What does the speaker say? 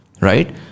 right